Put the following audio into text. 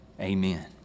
Amen